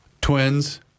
Twins